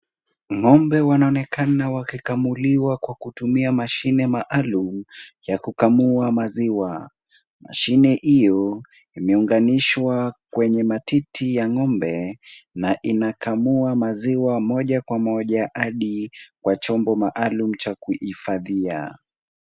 Ng'ombe wanaonekana wakikamuliwa kwa kutumia mashine maalum ya kukamua maziwa. Mashine hiyo imeunganishwa kwenye matiti ya ng'ombe na inakamua maziwa moja kwa moja hadi kwa chombo maalum cha kuhifadhia.